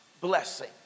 blessing